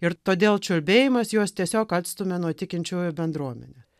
ir todėl čiulbėjimas juos tiesiog atstumia nuo tikinčiųjų bendruomenės